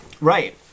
Right